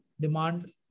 demand